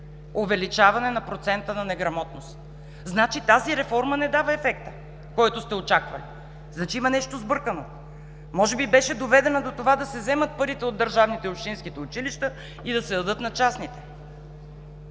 увеличаване на процента на неграмотност? Значи тази реформа не дава ефекта, който сте очаквали. Значи има нещо сбъркано. Може би беше доведена до това да се вземат парите от държавните и общинските училища и да се дадат на частните.